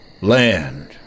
Land